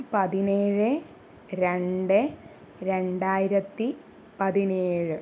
പതിനേഴ് രണ്ട് രണ്ടായിരത്തി പതിനേഴ്